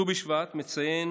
ט"ו בשבט מציין